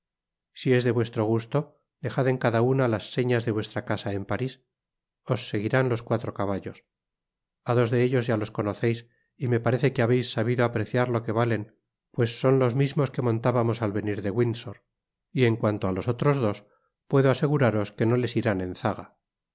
si es de vuestro gusto dejad en cada una las señas de vuestra casa en parís os seguirán los cuatro caballos á dos de ellos ya los conoceis y me parece que habeis sabido apreciar lo que valen pues son los mismos que montábamos al venir de windsor y en cuanto á ios otros dos puedo aseguraros que no les irán en zaga